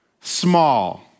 small